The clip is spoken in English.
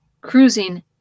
cruising